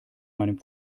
meinen